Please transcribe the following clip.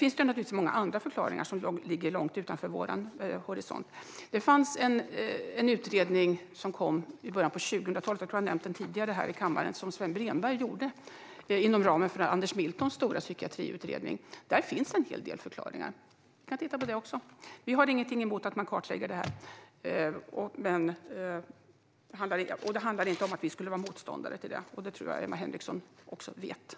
Naturligtvis finns det många andra förklaringar, som ligger långt utanför vår horisont. I början av 2000-talet kom en utredning - jag tror att jag har nämnt den tidigare här i kammaren - som gjordes av Sven Bremberg inom ramen för Anders Miltons stora psykiatriutredning. I den finns en hel del förklaringar. Vi kan titta på det också. Vi har ingenting emot att man kartlägger detta. Det handlar inte om att vi skulle vara motståndare till något sådant, och jag tror att Emma Henriksson också vet det.